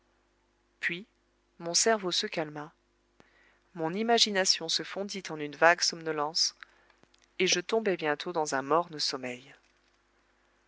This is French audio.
puis mon cerveau se calma mon imagination se fondit en une vague somnolence et je tombai bientôt dans un morne sommeil